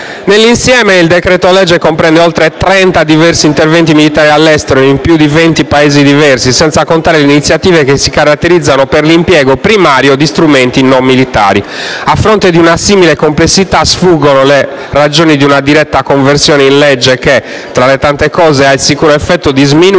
Nell'insieme, il decreto-legge comprende oltre trenta diversi interventi militari all'estero, in più di venti Paesi diversi, senza contare le iniziative che si caratterizzano per l'impiego primario di strumenti non militari. A fronte di una simile complessità, sfuggono le ragioni di una diretta conversione in legge che, tra le tante cose, ha il sicuro effetto di sminuire